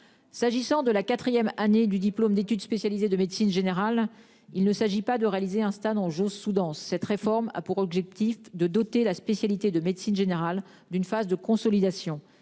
S'agissant de la 4ème année du diplôme d'études spécialisées de médecine générale. Il ne s'agit pas de réaliser un stade Ange au Soudan. Cette réforme a pour objectif de doter la spécialité de médecine générale d'une phase de consolidation.